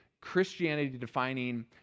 Christianity-defining